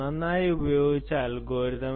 നന്നായി ഉപയോഗിച്ച അൽഗോരിതം